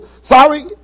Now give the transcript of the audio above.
Sorry